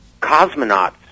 cosmonauts